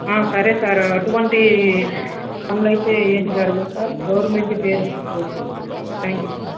సరే సార్ అటువంటి పనులు అయితే ఏం జరగవు సార్ గవర్నమెంట్ పేరు అయితే పోదు సార్ థ్యాంక్యూ సార్